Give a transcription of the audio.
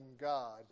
God